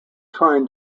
trying